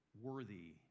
worthy